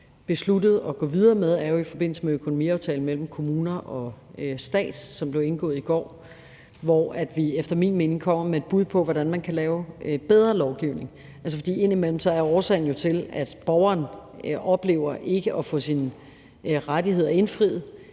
besluttet at gå videre med, sker jo i forbindelse med økonomiaftalen mellem kommunerne og staten, som blev indgået i går, hvor vi efter min mening kommer med bud på, hvordan man kan lave bedre lovgivning. For indimellem når borgeren oplever ikke at få sine rettigheder sikret